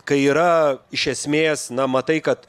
kai yra iš esmės na matai kad